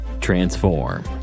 Transform